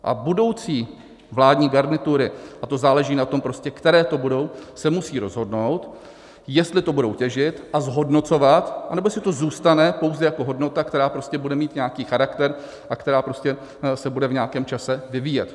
A budoucí vládní garnitury, a to záleží na tom prostě, které to budou, se musí rozhodnout, jestli to budou těžit a zhodnocovat, anebo to zůstane pouze jako hodnota, která prostě bude mít nějaký charakter a která prostě se bude v nějakém čase vyvíjet.